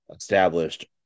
established